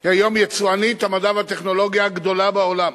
היא היום יצואנית המדע והטכנולוגיה הגדולה בעולם.